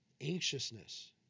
anxiousness